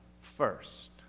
first